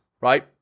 right